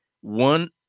One